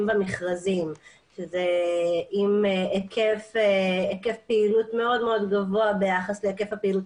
במכרזים היקף פעילות מאוד גבוה ביחס להיקף הפעילות